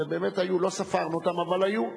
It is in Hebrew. ובאמת היו, לא ספרנו אותן, אבל היו.